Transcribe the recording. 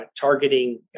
targeting